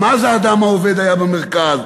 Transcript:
גם אז האדם העובד היה במרכז,